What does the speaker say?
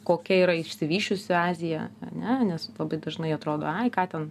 kokia yra išsivysčiusi azija ane nes labai dažnai atrodo ai ką ten